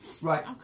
Right